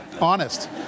Honest